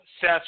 Seth